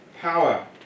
power